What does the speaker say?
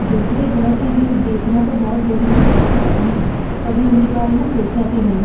दूसरे ग्रह के जीव देखना तो बहुत दूर की बात है कभी उनके बारे में सोचा भी नहीं